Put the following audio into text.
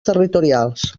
territorials